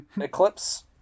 Eclipse